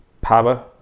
power